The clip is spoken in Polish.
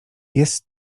jest